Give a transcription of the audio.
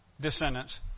descendants